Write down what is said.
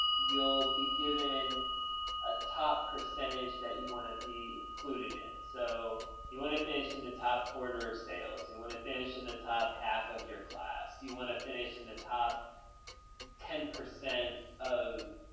you'll be given a top percentage that you want to be included in, so you want to finish in the top quarter of sales, you want to finish in the top half of your class. you want to finish in the top ten percent of